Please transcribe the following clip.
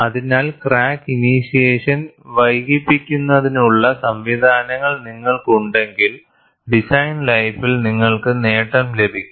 അതിനാൽ crack initiation വൈകിപ്പിക്കുന്നതിനുള്ള സംവിധാനങ്ങൾ നിങ്ങൾക്കുണ്ടെങ്കിൽ ഡിസൈൻ ലൈഫിൽ നിങ്ങൾക്ക് നേട്ടം ലഭിക്കും